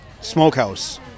Smokehouse